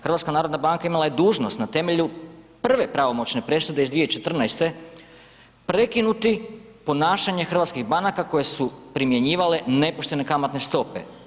HNB imala je dužnost na temelju prve pravomoćne presude iz 2014. prekinuti ponašanje hrvatskih banaka koje su primjenjivale nepoštene kamatne stope.